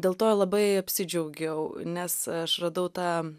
dėl to labai apsidžiaugiau nes aš radau tą